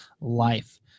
life